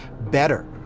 better